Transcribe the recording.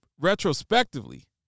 retrospectively